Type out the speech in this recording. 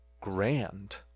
grand